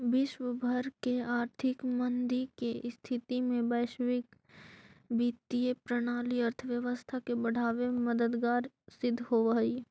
विश्व भर के आर्थिक मंदी के स्थिति में वैश्विक वित्तीय प्रणाली अर्थव्यवस्था के बढ़ावे में मददगार सिद्ध होवऽ हई